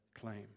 claim